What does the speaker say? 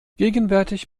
gegenwärtig